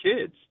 kids